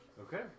Okay